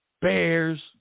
bears